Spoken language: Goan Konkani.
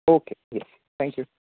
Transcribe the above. ओके या थँक्यू